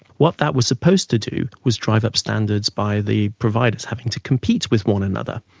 what that was supposed to do was drive up standards by the providers, having to compete with one another.